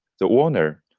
the honorer,